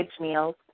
meals